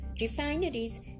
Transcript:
refineries